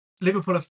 Liverpool